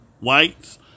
whites